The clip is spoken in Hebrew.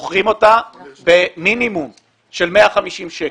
מוכרים אותה במינימום של 150 שקלים.